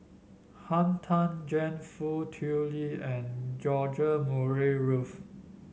Han Tan Juan Foo Tui Liew and George Murray Reith